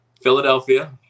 Philadelphia